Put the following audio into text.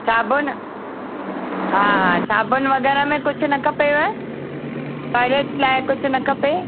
साबुन हा हा साबुन वग़ैरह में कुझु न खपेव टॉयलेट लाइ कुझु न खपे